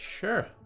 Sure